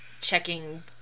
checking